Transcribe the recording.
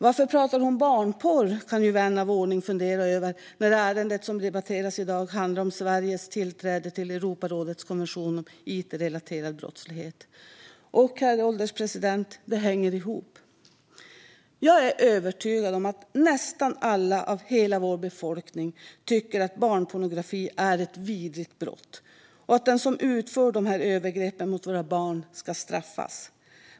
Varför pratar hon om barnporr, kan ju vän av ordning fundera över när ärendet som debatteras i dag handlar om Sveriges tillträde till Europarådets konvention om it-relaterad brottslighet. Det hänger ihop, herr ålderspresident. Jag är övertygad om att nästan alla i hela vår befolkning tycker att barnpornografi är ett vidrigt brott och att den som utför dessa övergrepp mot våra barn ska straffas.